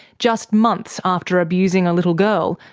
just months after abusing a little girl,